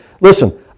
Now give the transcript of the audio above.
Listen